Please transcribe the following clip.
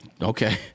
Okay